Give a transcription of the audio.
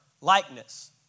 likeness